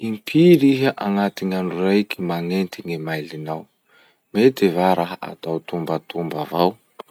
Impiry iha agnaty gn'androraiky magnenty gn'email-nao? Mety va raha atao tombatomba avao.